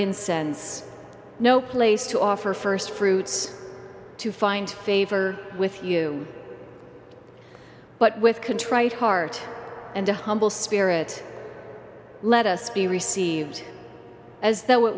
incense no place to offer first fruits to find favor with you but with contrite heart and a humble spirit let us be received a